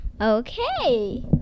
Okay